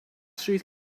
street